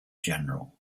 general